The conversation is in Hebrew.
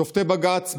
שופטי בג"ץ,